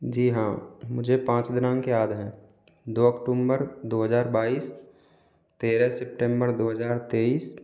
जी हाँ मुझे पाँच दिनांक याद है दो अक्टुमबर दो हज़ार बाईस तेरह सेपटेंबर दो हज़ार तेइस